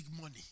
money